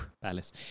palace